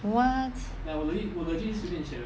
what